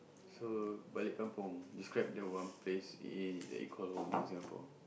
describe your one place in that you call home in Singapore so Balik Kampung